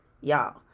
Y'all